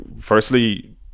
firstly